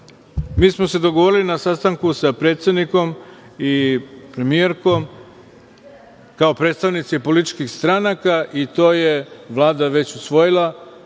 Mi smo se dogovori na sastanku sa predsednikom i premijerkom, kao predstavnici političkih stranaka, i to je Vlada već usvojila,